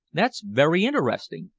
that's very interesting!